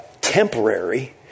temporary